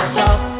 talk